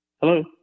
Hello